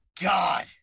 God